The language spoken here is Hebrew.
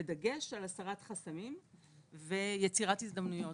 בדגש על הסרת חסמים ויצירת הזדמנויות.